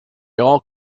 all